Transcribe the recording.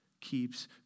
keeps